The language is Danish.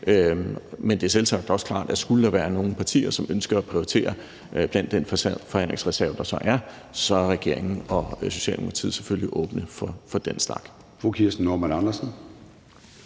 Men det er også klart, at skulle der være nogle partier, som ønskede at prioritere i den forhandlingsreserve, der så er, så er regeringen og Socialdemokratiet selvfølgelig åbne for den slags.